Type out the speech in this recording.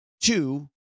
Two